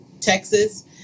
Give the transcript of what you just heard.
Texas